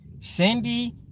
Cindy